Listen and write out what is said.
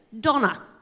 Donna